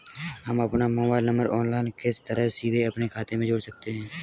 हम अपना mobile number online किस तरह सीधे अपने खाते में जोड़ सकते हैं?